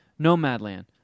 Nomadland